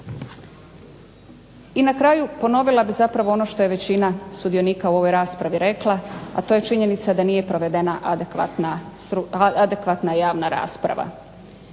I na kraju ponovila bih zapravo ono što je većina sudionika u ovoj raspravi rekla, a to je činjenica da nije provedena adekvatna javna rasprava.